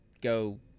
go